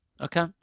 Okay